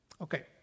Okay